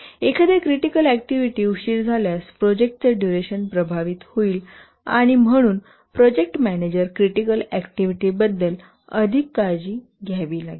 एखाद्या critical activity उशीर झाल्यास प्रोजेक्टचा डुरेशन प्रभावित होईल आणि म्हणून प्रोजेक्ट मॅनेजर क्रिटिकल ऍक्टिव्हिटी बद्दल अधिक काळजी घ्यावी लागेल